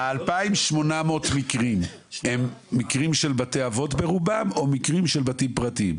ה-2,800 מקרים הם מקרים של בתי אבות ברובם או מקרים של בתים פרטיים?